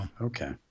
okay